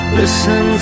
listen